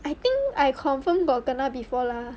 I think I confirm kena before lah